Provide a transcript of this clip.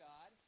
God